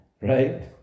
right